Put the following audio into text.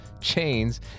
chains